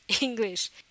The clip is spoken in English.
English